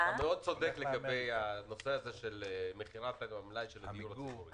אתה לא צודק לגבי הנושא הזה של מכירת מלאי הדירות.